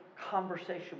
conversation